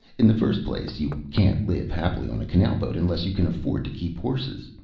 in the first place, you can't live happily on a canal-boat unless you can afford to keep horses.